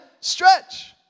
stretch